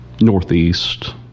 northeast